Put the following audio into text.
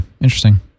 Interesting